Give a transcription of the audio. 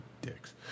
dicks